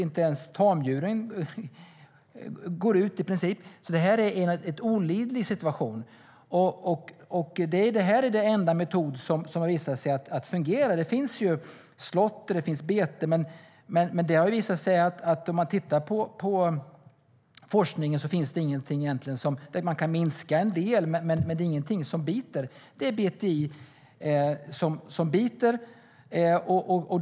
Inte ens tamdjuren går ut; det är en olidlig situation. Det här är den enda metod som visat sig fungera. Det finns slåtter och bete, men om man tittar på forskningen ser man att det egentligen inte finns någonting annat än BTI som biter, även om det kan minska en del med andra sätt.